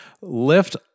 Lift